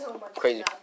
Crazy